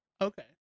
Okay